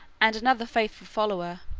and another faithful follower,